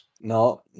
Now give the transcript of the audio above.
no